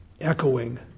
echoing